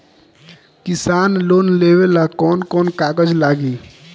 किसान लोन लेबे ला कौन कौन कागज लागि?